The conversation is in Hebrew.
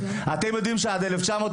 אתם יודעים שעד 1998,